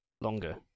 longer